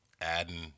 adding